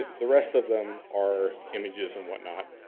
the rest of them are images and whatnot.